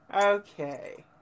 Okay